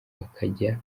bakajya